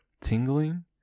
tingling